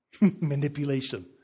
manipulation